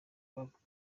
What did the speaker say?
bavugaga